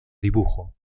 dibujo